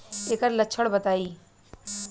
ऐकर लक्षण बताई?